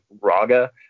Raga